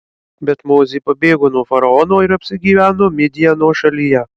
bet mozė pabėgo nuo faraono ir apsigyveno midjano šalyje